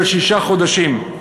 של שישה חודשים,